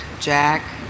Jack